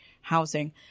housing